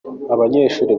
abanyeshuli